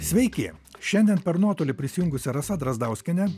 sveiki šiandien per nuotolį prisijungusi rasa drazdauskienė